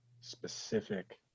specific